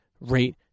rate